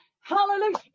hallelujah